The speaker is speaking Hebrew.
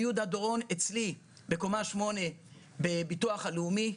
הייתה ישיבה רבת משתתפים עם יהודה דורון אצלי בקומה 8 בביטוח לאומי.